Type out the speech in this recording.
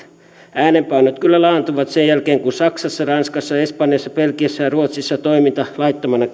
äänenpainot kyllä laantuivat sen jälkeen kun saksassa ranskassa espanjassa belgiassa ja ruotsissa toiminta laittomana